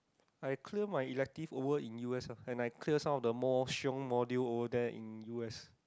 I clear my elective over in U_S ah and I clear some of the more shiong module over there in U_S